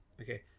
Okay